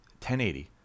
1080